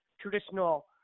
traditional